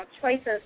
choices